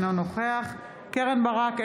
אינו נוכח קרן ברק,